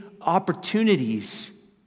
opportunities